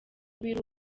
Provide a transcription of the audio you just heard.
biri